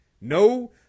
No